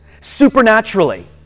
Supernaturally